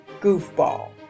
goofball